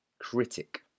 critic